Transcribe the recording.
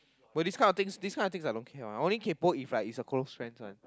but this kind of thing this kind of thing I don't care [one] I only kaypo if like it's a close friend one